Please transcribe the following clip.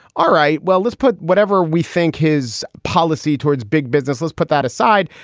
all right, well, let's put whatever we think his policy towards big business, let's put that aside.